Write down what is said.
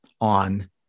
on